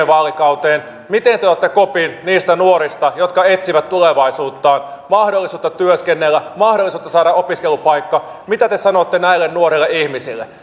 vaalikauteen miten te otatte kopin niistä nuorista jotka etsivät tulevaisuuttaan mahdollisuutta työskennellä mahdollisuutta saada opiskelupaikka mitä te sanotte näille nuorille ihmisille